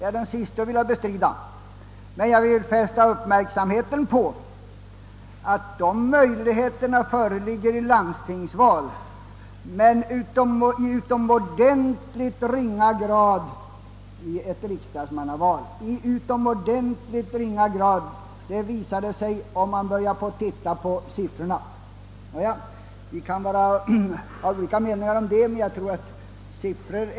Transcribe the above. Jag vill inte bestrida detta, men jag vill fästa uppmärksamheten på att möjligheter av det slaget kanske främst föreligger vid ett landstingsmannaval, men i utomordentligt ringa grad vid ett riksdagsmannaval; det framgår om man ger sig tid att titta på valsiffrorna.